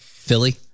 Philly